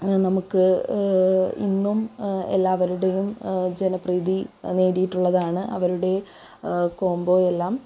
നമുക്ക് ഇന്നും എല്ലാവരുടെയും ജനപ്രീതി നേടിയിട്ടുള്ളതാണ് അവരുടെ കോമ്പോ എല്ലാം